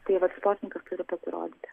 tai vat sportininkas turi pasirodyti